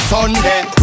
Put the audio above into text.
Sunday